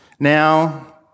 now